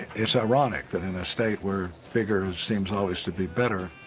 it's ironic that in a state where bigger seems and always to be better